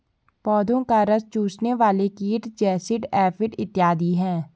पौधों का रस चूसने वाले कीट जैसिड, एफिड इत्यादि हैं